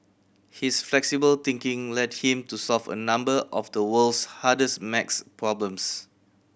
his flexible thinking led him to solve a number of the world's hardest math problems